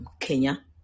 Kenya